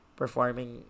performing